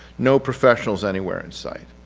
no professionals anywhere in sight.